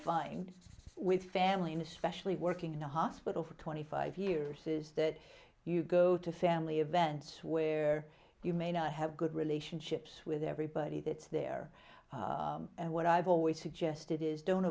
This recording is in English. find with family and especially working in a hospital for twenty five years is that you go to family events where you may not have good relationships with everybody that's there and what i've always suggested is don't